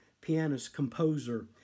pianist-composer